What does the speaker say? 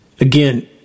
Again